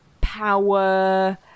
power